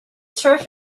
turf